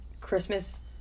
Christmas